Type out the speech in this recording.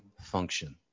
function